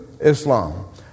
Islam